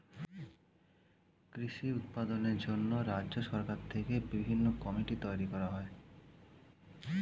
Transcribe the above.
কৃষি উৎপাদনের জন্য রাজ্য সরকার থেকে বিভিন্ন কমিটি তৈরি করা হয়